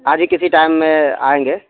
آج ہی کسی ٹائم میں آئیں گے